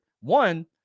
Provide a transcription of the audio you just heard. One